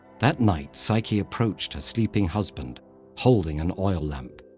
that night, psyche approached her sleeping husband holding an oil lamp.